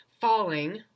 falling